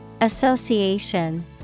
Association